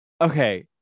okay